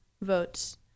votes